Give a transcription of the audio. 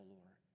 Lord